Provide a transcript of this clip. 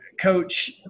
Coach